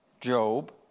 Job